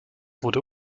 wurde